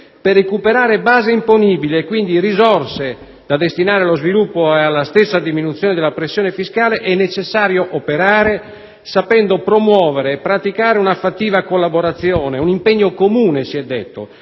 per recuperare base imponibile e quindi risorse da destinare allo sviluppo e alla stessa diminuzione della pressione fiscale, è necessario operare sapendo promuovere e praticare una fattiva collaborazione, un impegno comune - come si è detto